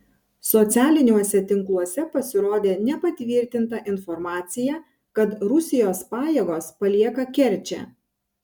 socialiniuose tinkluose pasirodė nepatvirtinta informacija kad rusijos pajėgos palieka kerčę